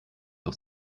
auf